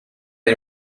hay